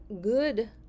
good